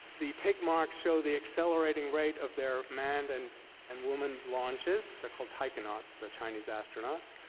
the tick marks show the accelerating rate of their manned and and womaned launches. they're called taikonauts, the chinese astronauts.